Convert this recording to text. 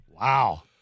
Wow